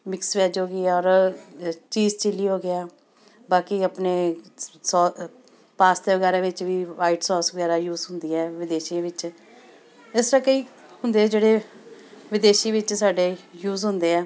mix veg ਹੋ ਗਈ ਔਰ ਅ ਚੀਜ਼ ਚਿੱਲੀ ਹੋ ਗਿਆ ਬਾਕੀ ਆਪਣੇ ਸੋ ਪਾਸਤੇ ਵਗੈਰਾ ਵਿੱਚ ਵੀ ਵਾਈਟ ਸੋਸ ਵਗੈਰਾ ਯੂਜ ਹੁੰਦੀ ਹੈ ਵਿਦੇਸ਼ੀਆਂ ਵਿੱਚ ਇਸ ਤਰ੍ਹਾਂ ਕਈ ਹੁੰਦੇ ਜਿਹੜੇ ਵਿਦੇਸ਼ੀ ਵਿੱਚ ਸਾਡੇ ਯੂਜ ਹੁੰਦੇ ਆ